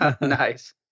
Nice